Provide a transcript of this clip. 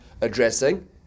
addressing